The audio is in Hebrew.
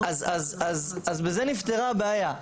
בזה נפתרה הבעיה.